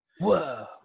Whoa